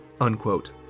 Unquote